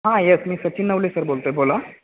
हां येस मी सचिन नवले सर बोलतो आहे बोला